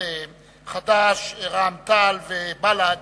חד"ש רע"ם-תע"ל בל"ד